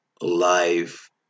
life